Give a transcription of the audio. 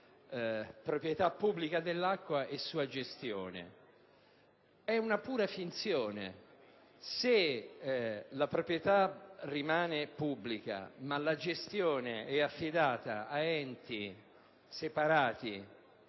proprietà pubblica dell'acqua e sua gestione: è una pura finzione. Se la proprietà rimane pubblica ma la gestione è affidata ad enti separati